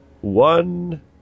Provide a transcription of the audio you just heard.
one